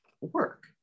work